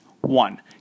One